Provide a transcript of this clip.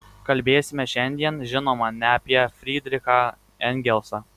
kalbėsime šiandien žinoma ne apie frydrichą engelsą